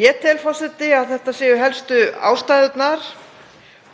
Ég tel, forseti, að þetta séu helstu ástæðurnar: